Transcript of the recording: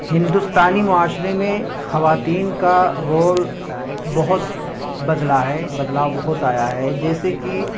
ہندوستانی معاشرے میں خواتین کا رول بہت بدلا ہے بدلاؤ بہت آیا ہے جیسے کہ